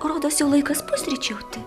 rodos jau laikas pusryčiauti